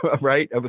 right